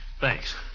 Thanks